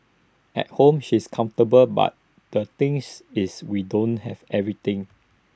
at home she's comfortable but the things is we don't have everything